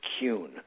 Kuhn